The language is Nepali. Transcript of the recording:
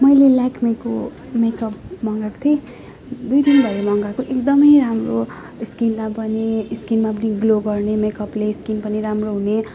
मैले लेक्मीको मेकअप मगाएको थिएँ दुई दिन भयो मगाएको एकदमै राम्रो स्किनलाई पनि स्किनमा पनि ग्लो गर्ने मेकअपले स्किन पनि राम्रो हुने